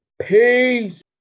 peace